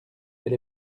elle